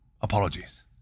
apologies